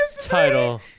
Title